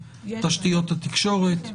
תשתיות התקשורת?